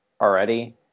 already